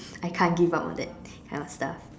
I can't give up on that kind of stuff